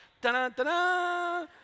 da-da-da-da